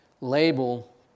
label